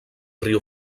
riu